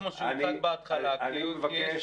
אבל גם לגבי ספינות הקרב זה לא כמו שהוצג בהתחלה כי יש